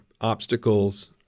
obstacles